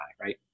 right